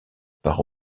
par